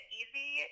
easy